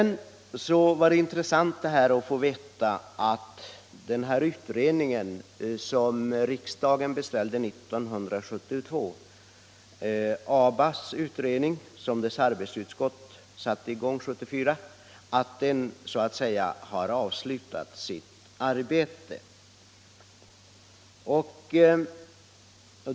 na på inrikesflygets Det var intressant att få veta att den utredning som riksdagen beställde = linjer till övre 1972 och som ABA:s arbetsutskott satte i gång 1974 har avslutat sitt — Norrland arbete.